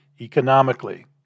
economically